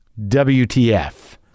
WTF